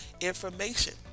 information